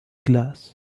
glass